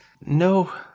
no